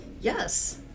Yes